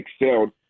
excelled